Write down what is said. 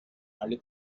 alle